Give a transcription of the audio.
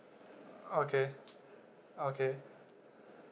okay okay